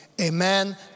amen